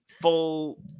full